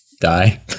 die